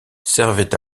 servait